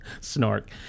Snark